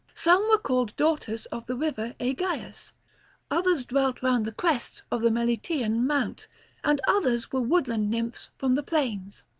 some were called daughters of the river aegaeus others dwelt round the crests of the meliteian mount and others were woodland nymphs from the plains.